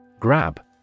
Grab